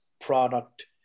product